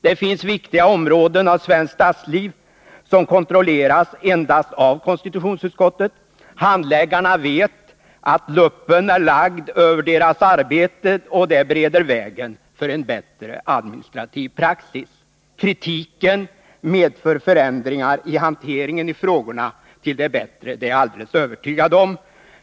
Det finns viktiga områden av svenskt statsliv som kontrolleras endast av konstitutionsutskottet. Handläggarna vet att luppen är lagd över deras arbete. Detta bereder vägen för en bättre administrativ praxis. Kritiken medför förändringar till det bättre i hanteringen av frågorna — det är jag alldeles övertygad om.